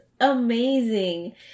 amazing